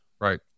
Right